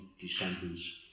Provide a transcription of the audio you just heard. descendants